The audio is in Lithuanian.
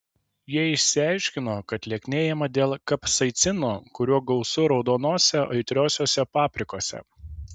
jie išsiaiškino kad lieknėjama dėl kapsaicino kurio gausu raudonose aitriosiose paprikose